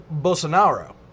Bolsonaro